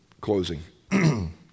closing